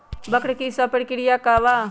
वक्र कि शव प्रकिया वा?